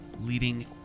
leading